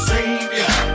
Savior